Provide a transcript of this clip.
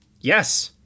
Yes